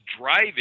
driving